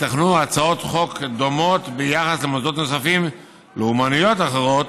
ייתכנו הצעות חוק דומות ביחס למוסדות נוספים לאומנויות אחרות